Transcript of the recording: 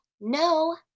no